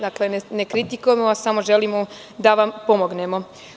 Dakle, ne kritikujemo vas, samo želimo da vam pomognemo.